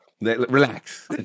relax